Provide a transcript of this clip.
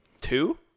two